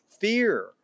fear